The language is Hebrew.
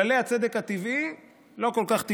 כללי הצדק הטבעי לא כל כך טבעיים.